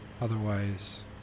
Otherwise